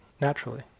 naturally